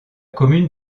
commune